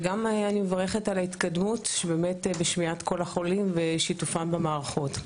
גם אני מברכת על ההתקדמות באמת בשמיעת קול החולים ושיתופם במערכות.